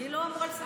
אני לא אמורה לסכם.